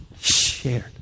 shared